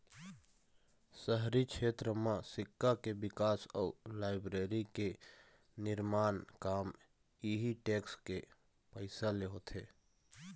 शहरी छेत्र म सिक्छा के बिकास अउ लाइब्रेरी के निरमान काम इहीं टेक्स के पइसा ले होथे